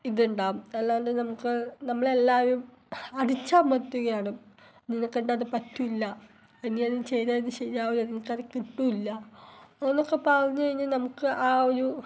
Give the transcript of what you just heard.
ഇത് ഉണ്ടാകും അല്ലാണ്ട് നമുക്ക് നമ്മളെ എല്ലാവരും അടിച്ചമർത്തുകയാണ് നിന്നെക്കൊണ്ടത് പറ്റില്ല പിന്നെ നീ അത് ചെയ്താൽ ശരിയാവില്ല നിനക്കത് കിട്ടില്ല അങ്ങനെയൊക്കെ പറഞ്ഞുകഴിഞ്ഞാൽ നമുക്ക് ആ ഒരു